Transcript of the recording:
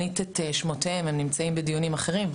שנמצאים כרגע בדיונים אחרים.